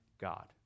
God